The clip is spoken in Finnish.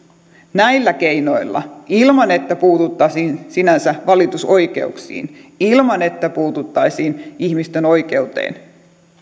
näillä keinoilla ilman että puututtaisiin sinänsä valitusoikeuksiin ilman että puututtaisiin ihmisten oikeuteen